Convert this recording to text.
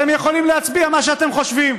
אתם יכולים להצביע מה שאתם חושבים.